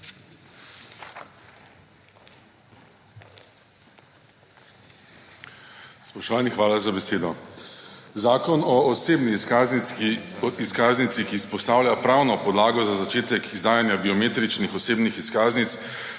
Spoštovani, hvala za besedo. Zakon o osebni izkaznici, ki izpostavlja pravno podlago za začetek izdajanja biometričnih osebnih izkaznic